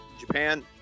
Japan